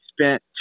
spent